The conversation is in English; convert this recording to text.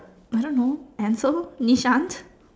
I don't know and so Nishan